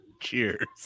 cheers